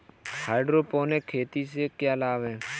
Hydroponic खेती से क्या लाभ हैं?